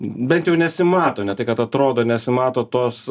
bent jau nesimato ne tai kad atrodo nesimato tos